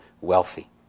wealthy